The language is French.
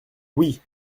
oui